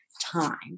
time